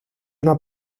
una